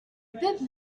bit